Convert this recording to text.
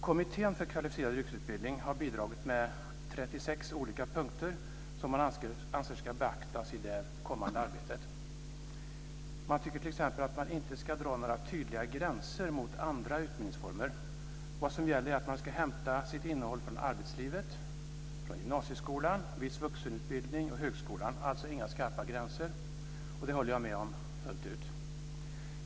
Kommittén för kvalificerad yrkesutbildning har bidragit med 36 olika punkter som man anser ska beaktas i det kommande arbetet. Man tycker t.ex. att man inte ska dra några tydliga gränser mot andra utbildningsformer. Vad som gäller är att man ska hämta sitt innehåll från arbetslivet, gymnasieskolan, viss vuxenutbildning och högskolan. Det ska alltså inte vara några skarpa gränser. Det håller jag med om fullt ut.